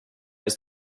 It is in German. ist